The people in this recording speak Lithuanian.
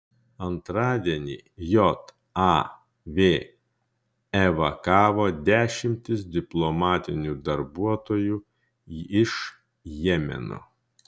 antradienį jav evakavo dešimtis diplomatinių darbuotojų iš jemeno